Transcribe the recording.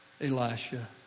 Elisha